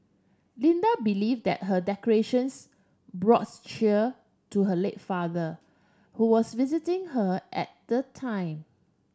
Linda believe that her decorations brought cheer to her late father who was visiting her at the time